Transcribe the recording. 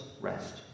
rest